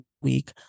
week